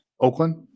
Oakland